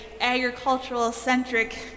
agricultural-centric